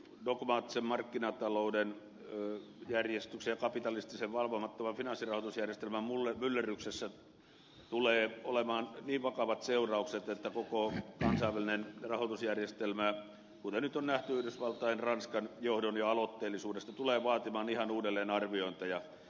kyllähän tässä dogmaattisen markkinatalouden järjestyksen ja kapitalistisen valvomattoman finanssirahoitusjärjestelmän myllerryksestä tulee olemaan niin vakavat seuraukset että koko kansainvälinen rahoitusjärjestelmä kuten nyt jo on nähty yhdysvaltain ja ranskan johdon aloitteellisuudesta tulee vaatimaan ihan uudelleenarviointeja